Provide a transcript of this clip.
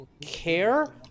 Care